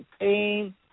pain